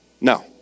No